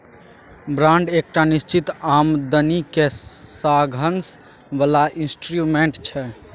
bond एकटा निश्चित आमदनीक साधंश बला इंस्ट्रूमेंट छै